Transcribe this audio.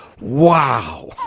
Wow